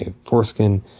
foreskin